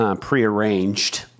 prearranged